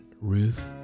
Ruth